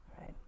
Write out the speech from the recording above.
right